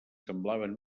semblaven